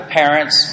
parents